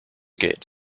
gate